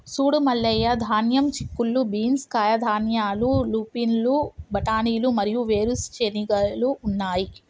సూడు మల్లయ్య ధాన్యం, చిక్కుళ్ళు బీన్స్, కాయధాన్యాలు, లూపిన్లు, బఠానీలు మరియు వేరు చెనిగెలు ఉన్నాయి